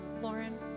Lauren